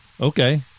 Okay